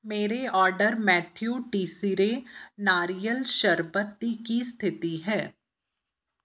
ਮੇਰੇ ਆਰਡਰ ਮੈਥਿਊ ਟੀਸੀਰੇ ਨਾਰੀਅਲ ਸ਼ਰਬਤ ਦੀ ਕੀ ਸਥਿਤੀ ਹੈ